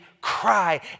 cry